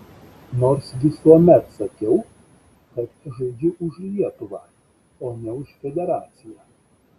nors visuomet sakiau kad žaidžiu už lietuvą o ne už federaciją